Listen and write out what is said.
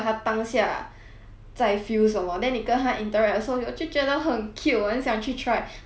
在 feel 什么 then 你跟他 interact so 我就觉得很 cute 我很想去 try but then my friend also say like